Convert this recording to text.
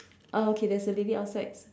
oh okay there's a lady outside